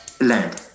land